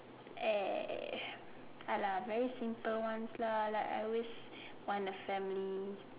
eh !alah! very simple ones lah I always want a family